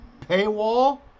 paywall